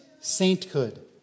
sainthood